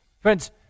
Friends